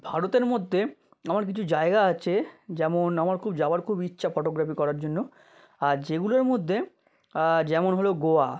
ভারতের মধ্যে আমার কিছু জায়গা আছে যেমন আমার খুব যাওয়ার খুব ইচ্ছা ফটোগ্রাফি করার জন্য আর যেগুলোর মধ্যে যেমন হলো গোয়া